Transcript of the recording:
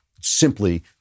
simply